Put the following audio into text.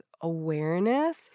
awareness